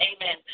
Amen